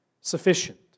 Sufficient